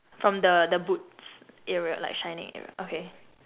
from the the boots area like shining area okay